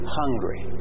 hungry